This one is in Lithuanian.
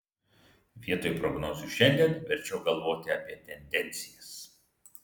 vietoj prognozių šiandien verčiau galvoti apie tendencijas